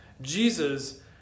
Jesus